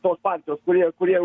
tos partijos kurie kurie